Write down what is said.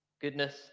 goodness